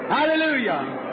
Hallelujah